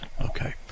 Okay